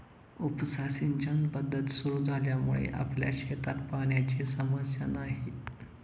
उपसा सिंचन पद्धत सुरु झाल्यामुळे आपल्या शेतात पाण्याची समस्या नाही